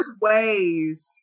ways